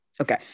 Okay